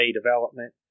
development